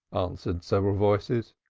answered several voices.